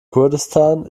kurdistan